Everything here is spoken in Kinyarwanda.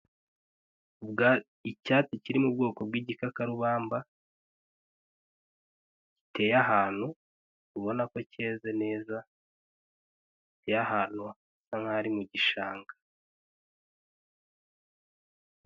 Icyatsi kiri mu bwoko bw'igikakarubamba giteye ahantu ubona ko cyeze neza, giteye ahantu hasa nk'aho ari mu gishanga.